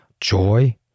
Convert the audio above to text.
joy